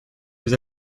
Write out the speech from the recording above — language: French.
vous